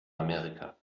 amerika